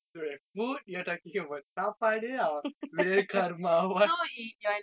wait food you are talking about talking about சாப்பாடு:sappaadu or real karma what